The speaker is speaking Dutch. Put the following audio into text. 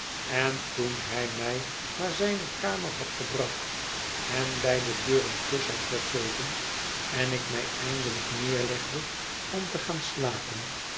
en toen hij mij naar mijne kamer had gebracht en bij de deur een kus had gegeven en ik mij eindelijk neerlegde om te gaan slapen